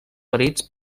ferits